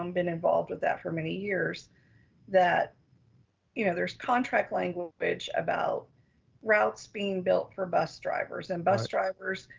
um been involved with that for many years that you know there's contract language about routes being built for bus drivers and bus drivers,